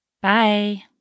Bye